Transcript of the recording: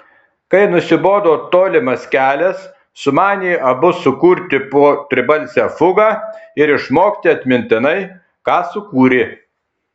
kai nusibodo tolimas kelias sumanė abu sukurti po tribalsę fugą ir išmokti atmintinai ką sukūrė